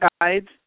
guides